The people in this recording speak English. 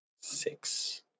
six